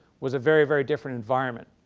was a very very different environment.